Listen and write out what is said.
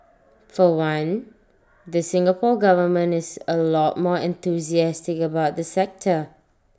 for one the Singapore Government is A lot more enthusiastic about the sector